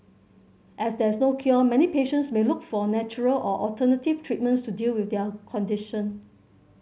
as there is no cure many patients may look for natural or alternative treatments to deal with their condition